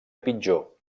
pitjor